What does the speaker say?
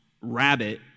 rabbit